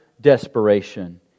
desperation